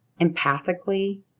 empathically